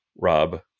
Rob